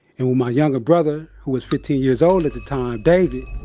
and, when my younger brother, who was fifteen years old at the time, david,